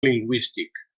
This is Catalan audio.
lingüístic